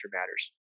matters